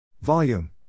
Volume